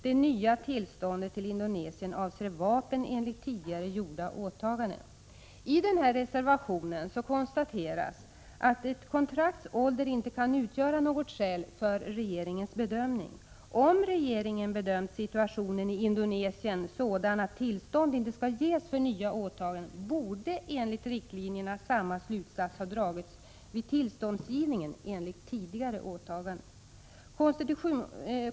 Det nya tillståndet till Indonesien avser vapen enligt tidigare gjorda åtaganden I reservationen konstateras att ett kontrakts ålder inte kan utgöra skäl för regeringens bedömning. Om regeringen har bedömt situationen i Indonesien sådan att tillstånd inte skall ges för nya åtaganden, borde enligt riktlinjerna samma slutsats ha dragits vid tillståndsgivningen enligt tidigare åtaganden.